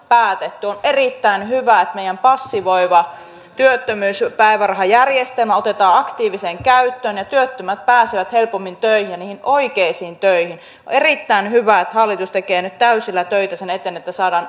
päätetty on erittäin hyvä että meidän passivoiva työttömyyspäivärahajärjestelmä otetaan aktiiviseen käyttöön ja työttömät pääsevät helpommin töihin ja niihin oikeisiin töihin on erittäin hyvä että hallitus tekee nyt täysillä töitä sen eteen että saadaan